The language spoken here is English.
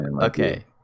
okay